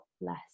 less